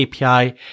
API